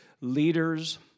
leaders